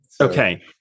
Okay